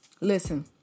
Listen